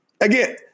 Again